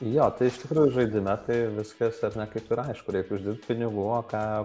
jo tai iš tikrųjų žaidime tai viskas ar ne kaip ir aišku reik uždirbt pinigų o ką